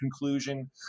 conclusion